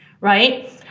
right